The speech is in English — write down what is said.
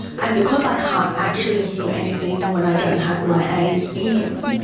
and because i can't actually hear anything when i don't have my aids in,